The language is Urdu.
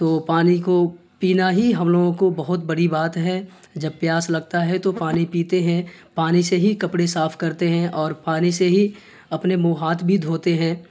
تو پانی کو پینا ہی ہم لوگوں کو بہت بڑی بات ہے جب پیاس لگتا ہے تو پانی پیتے ہیں پانی سے ہی کپڑے صاف کرتے ہیں اور پانی سے ہی اپنے منہ ہاتھ بھی دھوتے ہیں